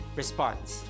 response